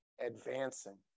advancing